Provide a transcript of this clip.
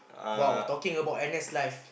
!wow! talking about N_S life